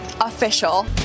official